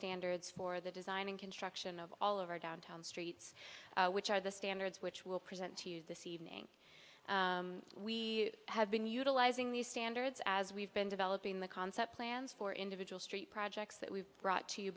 standards for the design and construction of all of our downtown streets which are the standards which will present to you this evening we have been utilizing these standards as we've been developing the concept plans for individual street projects that we've brought to you